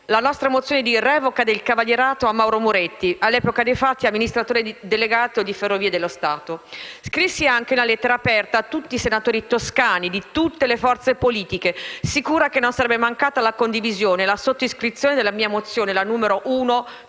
la nostra mozione di revoca del cavalierato a Mauro Moretti, all'epoca dei fatti amministratore delegato di Ferrovie dello Stato. Scrissi anche una lettera aperta a tutti senatori toscani, di tutte le forze politiche, sicura che non sarebbe mancata la condivisone e la sottoscrizione della mia mozione